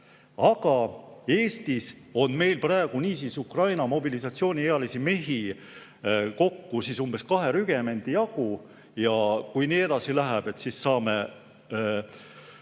Aga Eestis on meil praegu Ukraina mobilisatsiooniealisi mehi kokku umbes kahe rügemendi jagu ja kui nii edasi läheb, siis saame